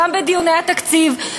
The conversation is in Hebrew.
גם בדיוני התקציב,